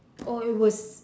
oh it was